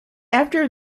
after